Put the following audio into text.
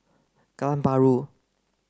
Kallang Bahru